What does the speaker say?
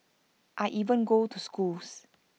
I even go to schools